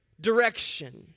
direction